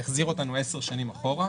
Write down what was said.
החזיר אותנו עשר שנים אחורה.